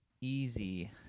easy